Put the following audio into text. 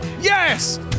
yes